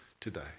today